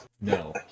No